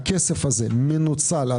הכסף הזה מנוצל עד תום.